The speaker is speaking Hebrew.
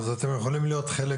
אז אתם יכולים להיות חלק